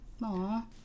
Aww